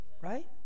Right